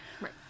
Right